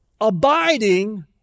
abiding